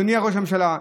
אדוני ראש הממשלה,